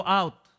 out